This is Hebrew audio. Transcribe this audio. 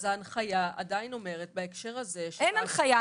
אז ההנחיה עדיין אומרת בהקשר הזה --- אין הנחיה.